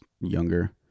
younger